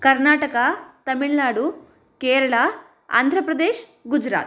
Karnataka Tamil Nadu Kerala Andhra Pradesh Gujarat